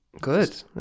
Good